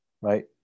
Right